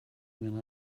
when